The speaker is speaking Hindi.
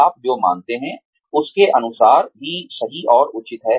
आप जो मानते हैं उसके अनुसार ही सही और उचित है